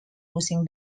losing